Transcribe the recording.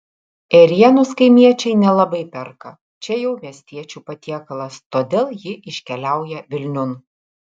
ėrienos kaimiečiai nelabai perka čia jau miestiečių patiekalas todėl ji iškeliauja vilniun